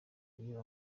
iyo